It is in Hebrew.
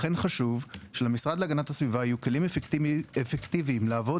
לכן חשוב שלמשרד להגנת הסביבה יהיו כלים אפקטיביים לעבוד